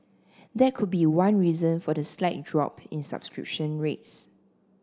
that could be one reason for the slight drop in subscription rates